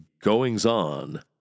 goings-on